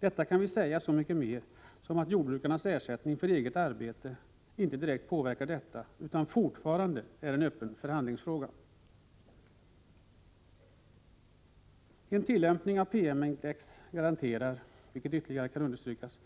Detta kan vi säga så mycket mer som jordbrukarnas ersättning för eget arbete inte direkt påverkas utan fortfarande är en öppen förhandlingsfråga. En tillämpning av PM-index garanterar inte, vilket ytterligare kan understrykas,